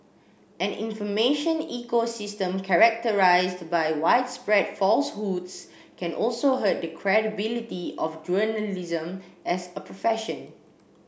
an information ecosystem characterised by widespread falsehoods can also hurt the credibility of journalism as a profession